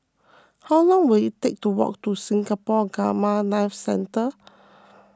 how long will it take to walk to Singapore Gamma Knife Centre